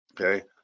Okay